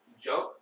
jump